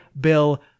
Bill